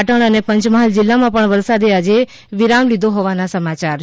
પાટણ અને પંચમહાલ જિલ્લા માં પણ વરસાદે આજે વિરામ લીધો હોવાના સમાચાર છે